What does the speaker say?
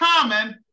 Common